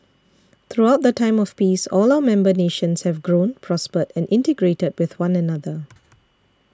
throughout the time of peace all our member nations have grown prospered and integrated with one another